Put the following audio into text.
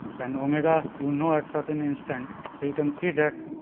then omega you know at certain instant. so, you can see that,